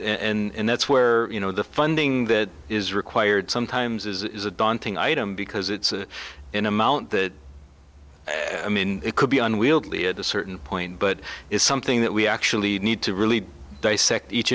n where you know the funding that is required sometimes is a daunting item because it's in amount that i mean it could be unwieldly at a certain point but it's something that we actually need to really dissect each